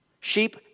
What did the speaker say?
Sheep